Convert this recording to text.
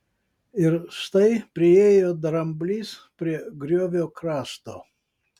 ir štai priėjo dramblys prie griovio krašto